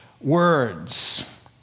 words